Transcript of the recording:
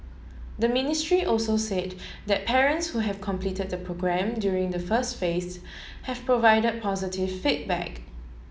the ministry also said that parents who have completed the programme during the first phase have provided positive feedback